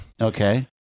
Okay